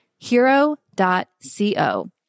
Hero.co